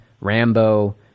rambo